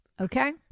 Okay